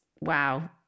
wow